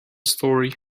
story